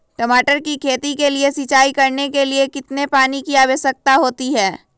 टमाटर की खेती के लिए सिंचाई करने के लिए कितने पानी की आवश्यकता होती है?